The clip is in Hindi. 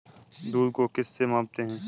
दूध को किस से मापते हैं?